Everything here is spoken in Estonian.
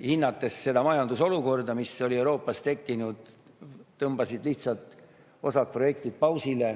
hinnates seda majandusolukorda, mis oli Euroopas tekkinud, tõmbasid lihtsalt osad projektid pausile